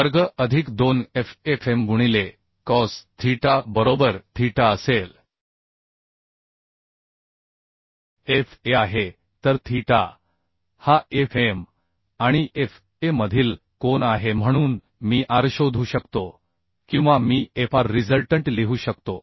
वर्ग अधिक 2 Fa Fmगुणिले कॉस थीटा बरोबर थीटा असेल Fa आहे तर थीटा हा Fm आणि Fa मधील कोन आहे म्हणून मी rशोधू शकतो किंवा मी Fr रिझल्टंट लिहू शकतो